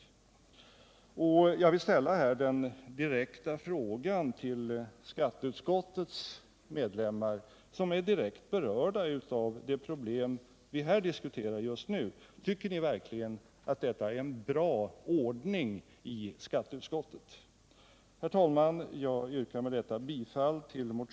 Jag vill ställa en direkt fråga till skatteutskottets medlemmar, som är direkt berörda av de problem vi diskuterar just nu: Tycker ni verkligen att detta är en bra ordning i skatteutskottet?